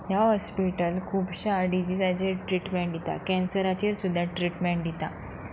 ह्यां हॉस्पिटल खुबश्या डिझीजांचेर ट्रिटमँट दिता कॅन्सराचेर सुद्दां ट्रिटमँट दिता